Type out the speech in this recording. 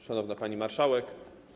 Szanowna Pani Marszałek!